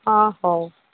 ହଁ ହଉ